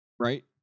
Right